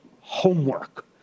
homework